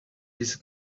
this